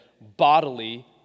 bodily